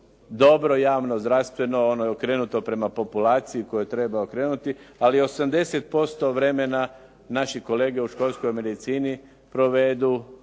dobro javno zdravstveno, ono je okrenuto prema populaciji koju treba okrenuti, ali 80% vremena naši kolege u školskoj medicini provedu